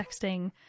texting